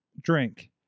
Drink